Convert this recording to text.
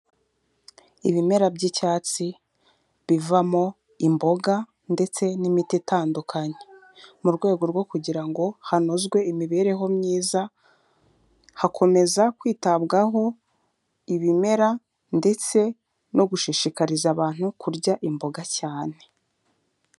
Ibimera by'icyatsi bivamo imboga ndetse n'imiti itandukanye. Mu rwego rwo kugira ngo hanozwe imibereho myiza, hakomeza kwitabwaho ibimera ndetse no gushishikariza abantu kurya imboga cyane.